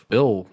Bill